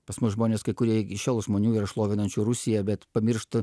pas mus žmonės kai kurie iki šiol žmonių yra šlovinančių rusiją bet pamiršta